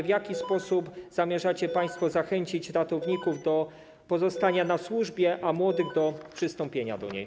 W jaki sposób zamierzacie państwo zachęcić ratowników do pozostania na służbie, a młodych ludzi do przystąpienia do niej?